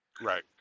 Right